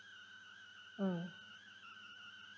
mm